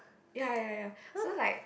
ya ya ya ya so like